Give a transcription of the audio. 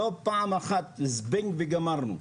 לא פעם אחת זבנג וגמרנו.